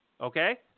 Okay